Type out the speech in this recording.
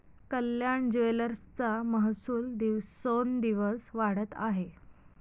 कल्याण ज्वेलर्सचा महसूल दिवसोंदिवस वाढत आहे